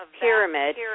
pyramid